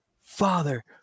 father